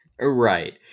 right